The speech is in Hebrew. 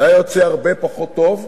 היה יוצא הרבה פחות טוב,